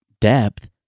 depth